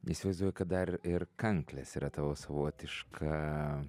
įsivaizduoju kad dar ir kanklės yra tavo savotiška